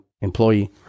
employee